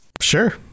Sure